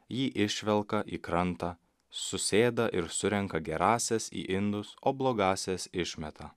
jį išvelka į krantą susėda ir surenka gerąsias į indus o blogąsias išmeta